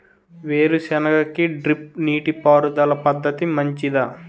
వేరుసెనగ కి డ్రిప్ నీటిపారుదల పద్ధతి మంచిదా?